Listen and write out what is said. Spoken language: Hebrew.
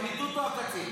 הפרקליטות או הקצין?